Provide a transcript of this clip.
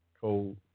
cold